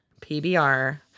PBR